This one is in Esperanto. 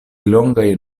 longaj